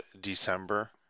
December